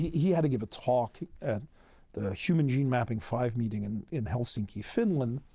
he had to give a talk at the human gene mapping five meeting and in helsinki, finland.